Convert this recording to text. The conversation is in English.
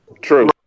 True